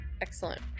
Excellent